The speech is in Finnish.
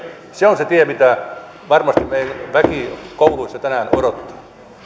se on se tie mitä varmasti meidän väki kouluissa tänään odottaa